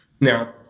Now